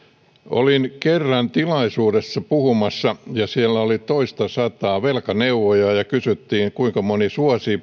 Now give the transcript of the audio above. olin kerran puhumassa tilaisuudessa jossa oli toistasataa velkaneuvojaa ja kysyttiin kuinka moni suosii